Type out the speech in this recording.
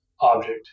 object